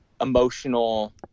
emotional